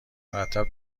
مرتب